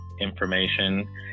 information